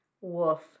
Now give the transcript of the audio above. Woof